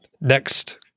next